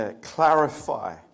clarify